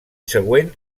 següent